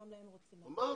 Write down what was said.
אמרתי,